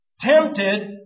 tempted